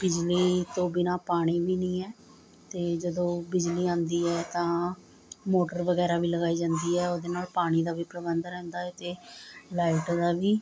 ਬਿਜਲੀ ਤੋਂ ਬਿਨਾਂ ਪਾਣੀ ਵੀ ਨਹੀਂ ਹੈ ਅਤੇ ਜਦੋਂ ਬਿਜਲੀ ਆਉਂਦੀ ਹੈ ਤਾਂ ਮੋਟਰ ਵਗੈਰਾ ਵੀ ਲਗਾਈ ਜਾਂਦੀ ਹੈ ਉਹਦੇ ਨਾਲ ਪਾਣੀ ਦਾ ਵੀ ਪ੍ਰਬੰਧ ਰਹਿੰਦਾ ਹੈ ਅਤੇ ਲਾਈਟ ਦਾ ਵੀ